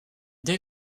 dès